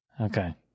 Okay